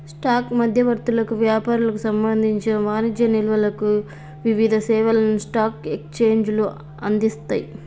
stock మధ్యవర్తులకు, వ్యాపారులకు సంబంధించిన వాణిజ్య నిల్వలకు వివిధ సేవలను స్టాక్ ఎక్స్చేంజ్లు అందిస్తయ్